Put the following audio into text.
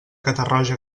catarroja